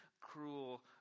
cruel